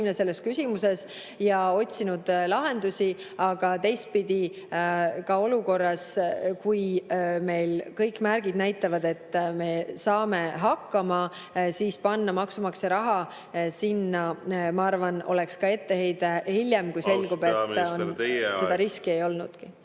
selles küsimuses ja otsinud lahendusi. Aga olukorras, kus kõik märgid näitavad, et me saame hakkama, panna maksumaksja raha sinna, ma arvan, oleks etteheide hiljem, kui selgub, et riski ei olnudki.